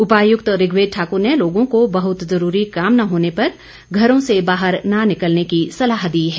उपायुक्त ऋग्वेद ठाकुर ने लोगों को बहुत ज़रूरी काम न होने पर घरों से बाहर न निकलने की सलाह दी है